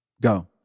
Go